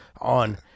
On